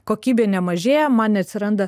kokybė nemažėja man neatsiranda